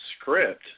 script